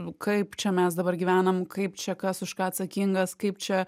nu kaip čia mes dabar gyvenam kaip čia kas už ką atsakingas kaip čia